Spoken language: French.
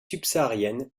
subsaharienne